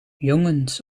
jongens